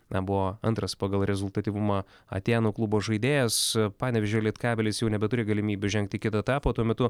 na buvo antras pagal rezultatyvumą atėnų klubo žaidėjas panevėžio lietkabelis jau nebeturi galimybių žengti kito etapo tuo metu